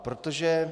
Protože...